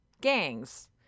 gangs